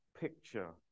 picture